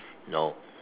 no